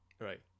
Right